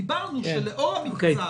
דיברנו שלאור המבצע,